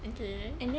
okay